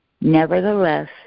Nevertheless